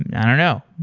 i don't know.